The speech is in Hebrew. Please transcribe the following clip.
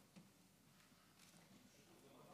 אדוני